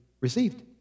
received